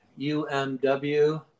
UMW